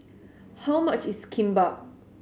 how much is Kimbap